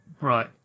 Right